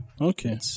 okay